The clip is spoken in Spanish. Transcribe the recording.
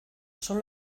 son